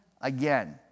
again